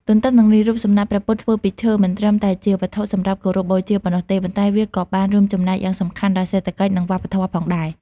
ទន្ទឹមនឹងនេះ រូបសំណាកព្រះពុទ្ធធ្វើពីឈើ មិនត្រឹមតែជាវត្ថុសម្រាប់គោរពបូជាប៉ុណ្ណោះទេ ប៉ុន្តែវាក៏បានរួមចំណែកយ៉ាងសំខាន់ដល់សេដ្ឋកិច្ច និងវប្បធម៌ផងដែរ។